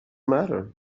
matter